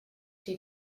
she